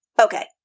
Okay